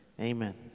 Amen